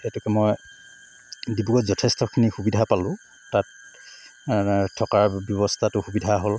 সেইটোকে মই ডিব্ৰুগড়ত যথেষ্টখিনি সুবিধা পালো তাত থকাৰ ব্যৱস্থাটো সুবিধা হ'ল